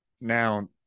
now